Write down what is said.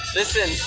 listen